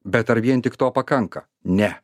bet ar vien tik to pakanka ne